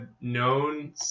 known